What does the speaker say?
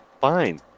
fine